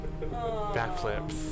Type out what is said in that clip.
Backflips